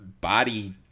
body